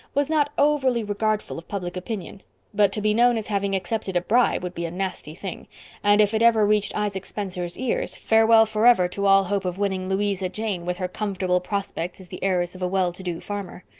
was not overly regardful of public opinion but to be known as having accepted a bribe would be a nasty thing and if it ever reached isaac spencer's ears farewell forever to all hope of winning louisa jane with her comfortable prospects as the heiress of a well-to-do farmer.